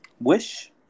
wish